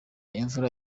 imvura